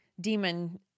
demon